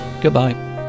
Goodbye